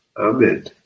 amen